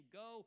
go